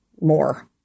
more